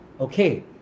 Okay